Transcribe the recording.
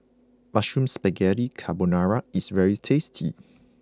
Mushroom Spaghetti Carbonara is very tasty